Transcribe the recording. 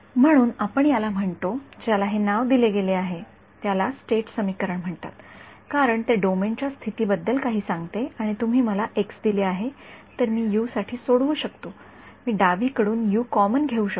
म्हणून आपण याला म्हणतो ज्याला हे नाव दिले गेले आहे त्याला स्टेट समीकरण म्हणतात कारण ते डोमेनच्या स्थितीबद्दल काही सांगते आणि तुम्ही मला एक्स दिले तर मी यु साठी सोडवू शकतो मी डावीकडून यु कॉमन घेऊ शकतो